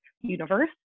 universe